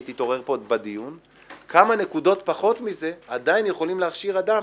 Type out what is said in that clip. והיא תתעורר פה עוד בדיון: כמה נקודות פחות מזה עדיין יכולים להכשיר אדם